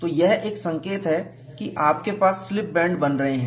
तो यह एक संकेत है कि आपके पास स्लिप बैंड बन रहे हैं